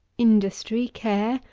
industry, care,